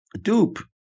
dupe